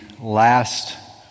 last